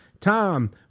Tom